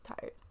tired